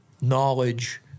knowledge